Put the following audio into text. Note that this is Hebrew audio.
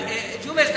ג'ומס,